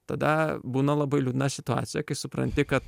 tada būna labai liūdna situacija kai supranti kad